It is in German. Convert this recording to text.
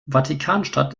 vatikanstadt